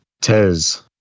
Tez